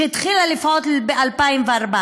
שהתחילה לפעול ב-2014.